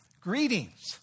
Greetings